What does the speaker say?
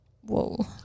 Whoa